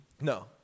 No